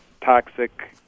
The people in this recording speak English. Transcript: toxic